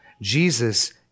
Jesus